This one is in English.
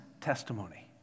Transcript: testimony